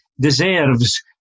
deserves